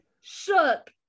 shook